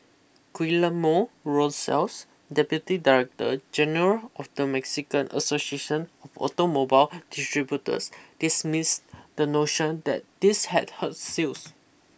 Guillermo Rosales deputy director general of the Mexican association of automobile distributors dismissed the notion that this had hurt sales